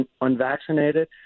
unvaccinated